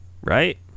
Right